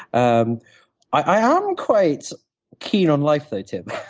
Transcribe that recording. um i am quite keen on life though, tim.